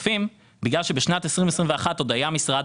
אנחנו מעבירים את העודפים בגלל שבשנת 2021 עוד היה משרד,